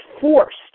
forced